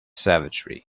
savagery